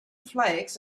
flakes